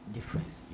Difference